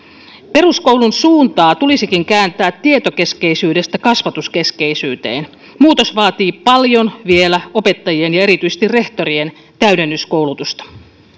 peruskoulun suuntaa tulisikin kääntää tietokeskeisyydestä kasvatuskeskeisyyteen muutos vaatii paljon vielä opettajien ja erityisesti rehtorien täydennyskoulutusta